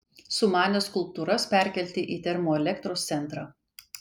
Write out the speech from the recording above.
sumanė skulptūras perkelti į termoelektros centrą